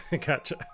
Gotcha